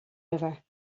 river